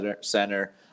Center